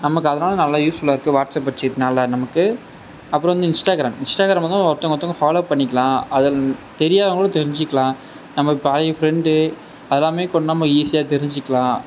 நமக்கு அதனால் நல்லா யூஸ் ஃபுல்லாக இருக்குது வாட்ஸ்அப் வச்சு இருக்கிறதுனால நமக்கு அப்பறம் வந்து இன்ஸ்டாகிராம் இன்ஸ்டாகிராமில் தான் ஒருத்தவங்க ஒருத்தவங்க ஃபாலோ பண்ணிக்கலாம் அதில் தெரியாதவங்களும் தெரிஞ்சிக்கலாம் நம்ம பழைய ஃப்ரெண்டு அதெலாமே இப்போ நம்ம ஈஸியாக தெரிஞ்சிக்கலாம்